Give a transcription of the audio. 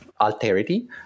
alterity